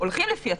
הולכים לפיה.